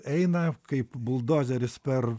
eina kaip buldozeris per